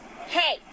Hey